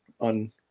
on